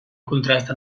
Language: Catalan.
contrasta